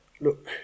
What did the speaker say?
look